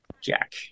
Jack